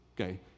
Okay